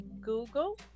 Google